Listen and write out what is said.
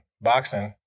boxing